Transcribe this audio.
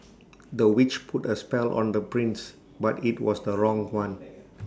the witch put A spell on the prince but IT was the wrong one